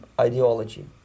ideology